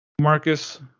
marcus